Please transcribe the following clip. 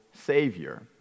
Savior